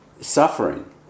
Suffering